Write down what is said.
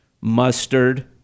mustard